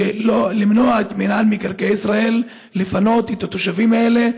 למנוע ממינהל מקרקעי ישראל לפנות את התושבים האלה.